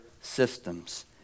systems